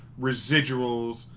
residuals